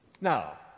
Now